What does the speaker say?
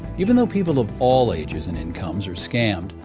even though people of all ages and incomes are scammed,